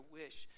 wish